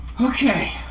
okay